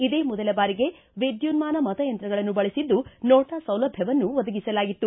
ಇದೇ ಮೊದಲ ಬಾರಿಗೆ ವಿದ್ಯುನ್ನಾನ ಮತಯಂತ್ರಗಳನ್ನು ಬಳಸಿದ್ದು ನೋಟಾ ಸೌಲಭ್ಯವನ್ನು ಒದಗಿಸಲಾಗಿತ್ತು